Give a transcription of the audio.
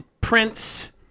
prince